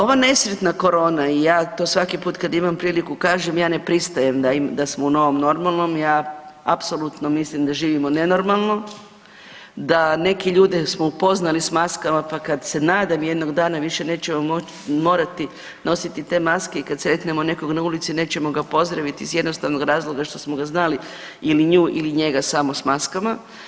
Ova nesretna korona i ja, to svaki put kad imam priliku kažem, ja ne pristajem da smo u novom normalnom, ja apsolutno mislim da živimo nenormalno, da neki ljude smo upoznali s maskama pa kad se nadam, jednog dana, više nećemo morati nositi te maske i kad sretnemo nekog na ulici, nećemo ga pozdraviti iz jednostavnog razloga što smo ga znali ili nju ili njega samo s maskama.